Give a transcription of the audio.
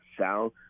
sound